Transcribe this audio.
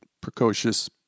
precocious